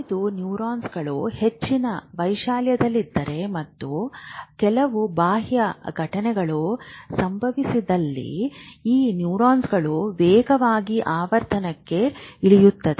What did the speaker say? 5 ನ್ಯೂರಾನ್ಗಳು ಹೆಚ್ಚಿನ ವೈಶಾಲ್ಯದಲ್ಲಿದ್ದರೆ ಮತ್ತು ಕೆಲವು ಬಾಹ್ಯ ಘಟನೆಗಳು ಸಂಭವಿಸಿದಲ್ಲಿ ಈ ನ್ಯೂರಾನ್ಗಳು ವೇಗವಾಗಿ ಆವರ್ತನಕ್ಕೆ ಇಳಿಯುತ್ತವೆ